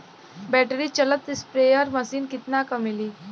Battery चलत sprayer machine कितना क मिली?